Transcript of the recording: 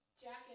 jacket